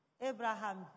Abraham